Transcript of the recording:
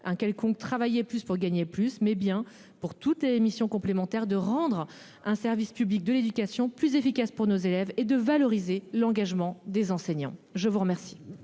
un quelconque travailler plus pour gagner plus mais bien pour toute émission complémentaires de rendre un service public de l'éducation plus efficaces pour nos élèves et de valoriser l'engagement des enseignants. Je vous remercie.